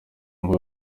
mbuga